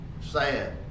sad